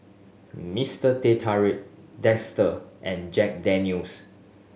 Mister Teh Tarik Dester and Jack Daniel's